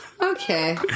okay